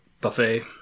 Buffet